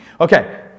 Okay